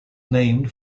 named